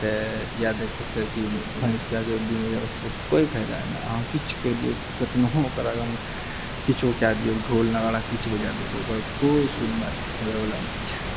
तऽ इएह दखैत कि भैंसके आगे बीन बजाबएसँ कोइ फायदा नहि अहाँ किछु कहि दिऔ कतनहुँ ओकर आगामे किछु कए दिऔ ढ़ोल नगारा किछु बजै दिऔ ओकर कोइ सुनबाइ हेबए वला नहि छै